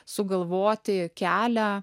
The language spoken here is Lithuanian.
sugalvoti kelią